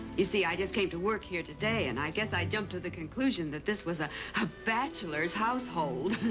you see, i just came to work here today, and i guess i jumped to the conclusion. that this was a ah bachelor's household.